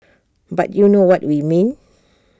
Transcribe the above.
but you know what we mean